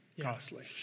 costly